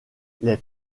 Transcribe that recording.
les